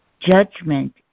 Judgment